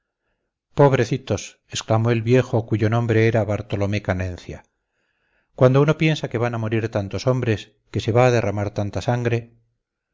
pobrecitos exclamó el viejo cuyo nombre era bartolomé canencia cuando uno piensa que van a morir tantos hombres que se va a derramar tanta sangre